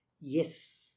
Yes